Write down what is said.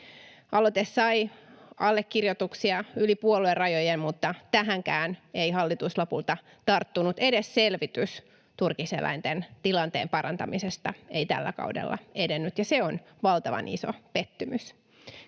Aloite sai allekirjoituksia yli puoluerajojen, mutta tähänkään ei hallitus lopulta tarttunut. Edes selvitys turkiseläinten tilanteen parantamisesta ei tällä kaudella edennyt, ja se on valtavan iso pettymys.